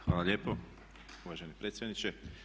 Hvala lijepo uvaženi predsjedniče.